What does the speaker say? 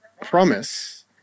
promise